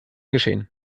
geschehen